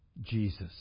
Jesus